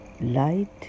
light